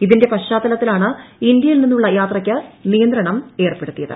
ഇതിന്റെ പശ്ചാത്തലത്തിലാണ് ഇന്ത്യയിൽ നിന്നുള്ള യാത്രയ്ക്ക് നിയന്ത്രണം ഏർപ്പെടുത്തിയത്